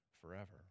forever